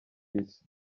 isi